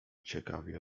ciekawie